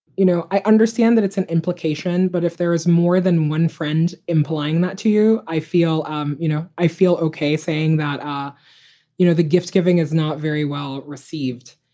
you know, i understand that it's an implication, but if there is more than one friend implying that to you, i feel um you know, i feel ok saying that, ah you know, the gift giving is not very well received.